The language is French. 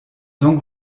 donc